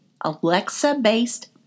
Alexa-based